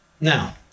Now